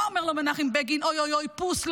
מה אומר לו מנחם בגין, אוי אוי אוי, פוס?